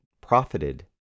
profited